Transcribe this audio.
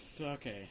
Okay